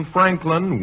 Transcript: Franklin